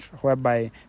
whereby